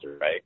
right